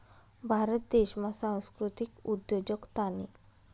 भारत देशमा सांस्कृतिक उद्योजकतानी